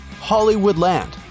Hollywoodland